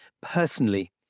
personally